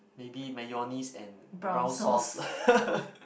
maybe mayonnaise and brown sauce